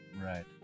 Right